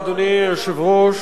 אדוני היושב-ראש,